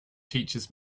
teaches